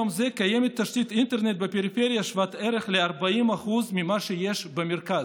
עד ליום זה תשתית האינטרנט בפריפריה היא שוות ערך ל-40% ממה שיש במרכז.